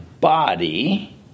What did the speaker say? body